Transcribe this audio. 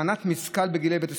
מנת משכל בגיל בית הספר,